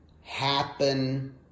happen